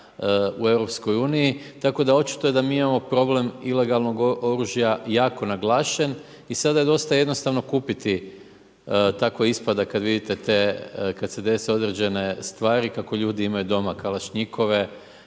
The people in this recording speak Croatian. u EU. Tako da očito je da mi imamo problem ilegalnog oružja jako naglašen i sada je dosta jednostavno kupiti, tako ispada, kada vidite te, kada se dese određene stvari, kako ljudi imaju doma kalašnjikove